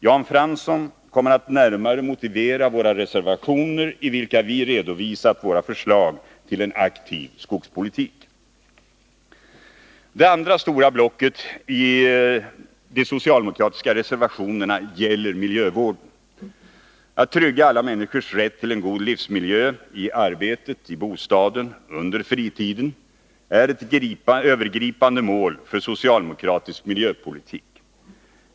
Jan Fransson kommer att närmare motivera våra reservationer, i vilka vi har redovisat våra förslag till en aktiv skogspolitik. Det andra stora blocket i de socialdemokratiska reservationerna gäller miljövården. Att trygga alla människors rätt till en god livsmiljö i arbetet, i bostaden och under fritiden är ett övergripande mål för socialdemokratisk miljöpolitik.